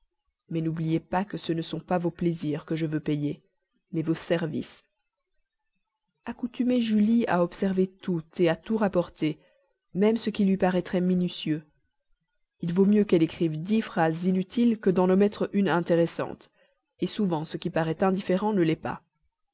mais n'oubliez pas que ce ne sont pas vos plaisirs que je veux payer mais vos services accoutumez julie à observer tout et à tout rapporter même ce qui lui paraîtrait minutieux il vaut mieux qu'elle écrive dix phrases inutiles que d'en omettre une intéressante et souvent ce qui paraît indifférent ne l'est pas